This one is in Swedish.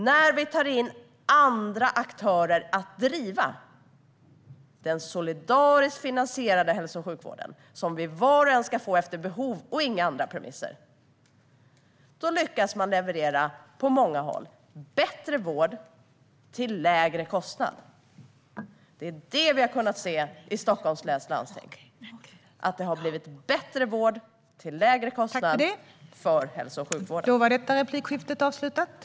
När vi tar in andra aktörer för att driva den solidariskt finansierade hälso och sjukvården, som vi var och en ska få efter behov och inte på några andra premisser, då lyckas man på många håll leverera bättre vård till lägre kostnad. Det är det vi har kunnat se i Stockholms läns landsting. Det har blivit bättre hälso och sjukvård till en lägre kostnad.